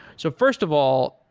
so first of all,